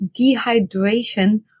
dehydration